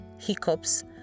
hiccups